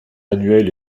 annuelle